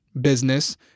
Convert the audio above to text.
business